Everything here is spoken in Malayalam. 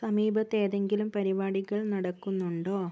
സമീപത്ത് ഏതെങ്കിലും പരിപാടികൾ നടക്കുന്നുണ്ടോ